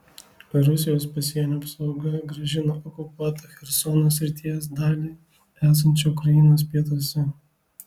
rusijos pasienio apsauga grąžino okupuotą chersono srities dalį esančią ukrainos pietuose